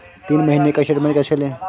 तीन महीने का स्टेटमेंट कैसे लें?